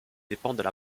dépendent